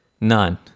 None